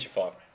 five